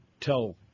tell